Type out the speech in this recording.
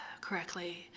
correctly